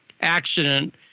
accident